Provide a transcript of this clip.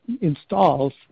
Installs